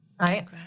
right